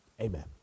amen